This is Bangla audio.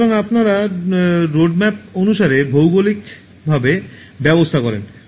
সুতরাং আপনারা রোডম্যাপ অনুসারে ভৌগলিকভাবে ব্যবস্থা করেন